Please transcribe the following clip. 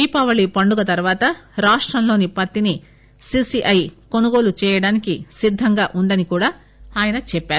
దీపావళి పండుగ తర్వాత రాష్టంలోని పత్తిని సీసీఐ కొనుగోలు చేయడానికి సిద్దంగా ఉందని కూడా ఆయన చెప్పారు